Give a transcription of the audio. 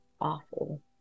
awful